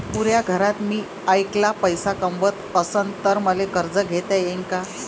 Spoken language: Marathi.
पुऱ्या घरात मी ऐकला पैसे कमवत असन तर मले कर्ज घेता येईन का?